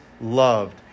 loved